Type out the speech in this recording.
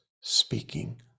speaking